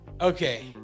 Okay